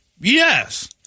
Yes